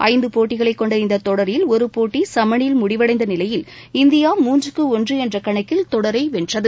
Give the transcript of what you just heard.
ஐந்து போட்டிகளைக் கொண்ட இந்த தொடரில் ஒரு போட்டி சமனில் முடிவடைந்த நிலையில் இந்தியா மூன்றுக்கு ஒன்று என்ற கணக்கில் தொடரை வென்றது